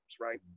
right